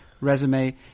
Resume